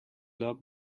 log